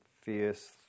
fierce